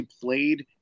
played